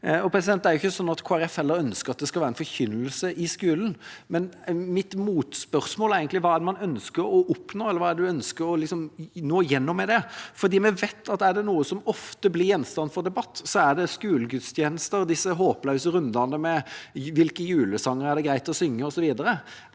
undervisning. Heller ikke Kristelig Folkeparti ønsker at det skal være en forkynnelse i skolen, men mitt motspørsmål er egentlig: Hva er det man ønsker å oppnå, eller hva er det man ønsker å nå igjennom med det? Vi vet at er det noe som ofte blir gjenstand for debatt, er det skolegudstjenester – disse håpløse rundene med hvilke julesanger det er greit å synge osv.